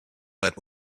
let